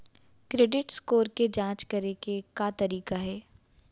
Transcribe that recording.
Credit score के जाँच करे के का तरीका हे?